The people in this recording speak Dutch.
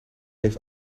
heeft